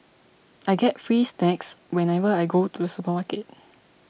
I get free snacks whenever I go to the supermarket